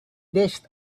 desk